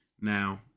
Now